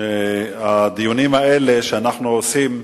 אין ספק שהדיונים האלה, שאנחנו עושים,